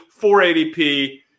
480p